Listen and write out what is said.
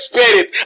Spirit